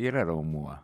yra raumuo